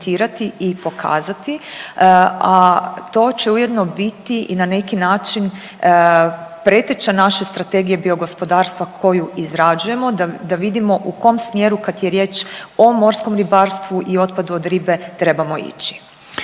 i pokazati, a to će ujedno biti i na neki način preteča naše Strategije biogospodarstva koju izrađujemo da vidimo u kom smjeru kad je riječ o morskom ribarstvu i otpadu od ribe trebamo ići.